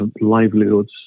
livelihoods